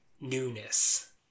newness